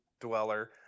dweller